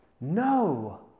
no